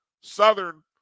Southern